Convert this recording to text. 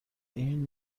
این